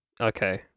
Okay